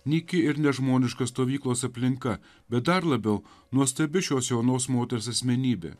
nyki ir nežmoniška stovyklos aplinka bet dar labiau nuostabi šios jaunos moters asmenybė